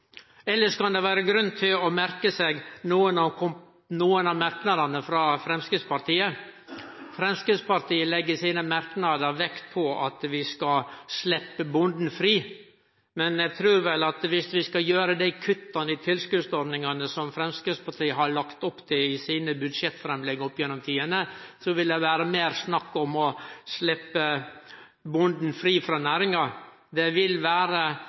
kan det vere grunn til å merke seg nokre av merknadene frå Framstegspartiet. Framstegspartiet legg i sine merknader vekt på at vi skal sleppe bonden fri, men eg trur at viss vi skulle gjere dei kutta i tilskotsordningane som Framstegspartiet har lagt opp til i sine budsjettframlegg opp gjennom tidene, ville det vere meir snakk om å sleppe bonden fri frå næringa.